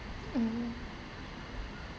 mm